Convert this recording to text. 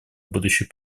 будущих